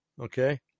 okay